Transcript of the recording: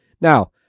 Now